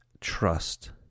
trust